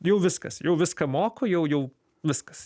jau viskas jau viską moku jau jau viskas